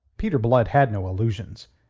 peter blood had no illusions.